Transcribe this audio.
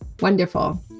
Wonderful